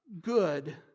good